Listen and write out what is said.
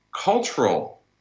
cultural